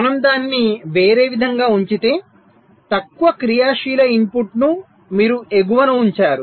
మనము దానిని వేరే విధంగా ఉంచితే తక్కువ క్రియాశీల ఇన్పుట్ ను మీరు ఎగువన ఉంచారు